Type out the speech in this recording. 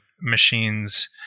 machines